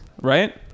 right